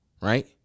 right